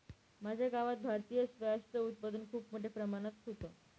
माझ्या गावात भारतीय स्क्वॅश च उत्पादन खूप मोठ्या प्रमाणात होतं